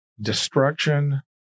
destruction